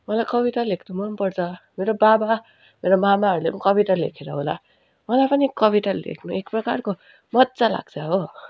मलाई कविता लेख्नु मन पर्छ मेरो बाबा र मामाहरूले कविता लेखेर होला मलाई पनि कविता लेख्नु एक प्रकारको मजा लाग्छ हो